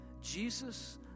Jesus